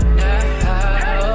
now